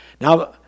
Now